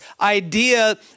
idea